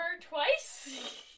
twice